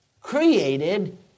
created